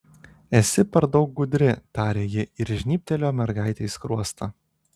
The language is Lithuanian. esi per daug gudri tarė ji ir žnybtelėjo mergaitei skruostą